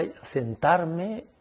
sentarme